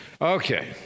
Okay